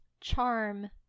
charm